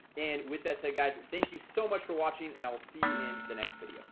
and with that said guys thank you so much for watching and i will see you in the next video